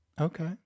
okay